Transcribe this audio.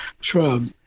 shrub